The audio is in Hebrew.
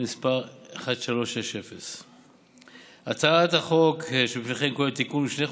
מס' 1360. הצעת החוק שבפניכם כוללת תיקון בשני חוקים: